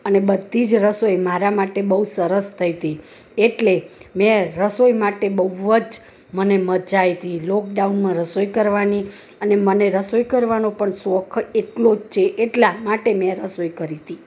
અને બધી જ રસોઈ મારા માટે બહુ સરસ થઈ હતી એટલે મેં રસોઈ માટે બહુ જ મને મજા આવી હતી લોકડાઉનમાં રસોઈ કરવાની અને મને રસોઈ કરવાનો પણ શોખ એટલો જ છે એટલ માટે મેં રસોઈ કરી હતી